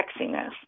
sexiness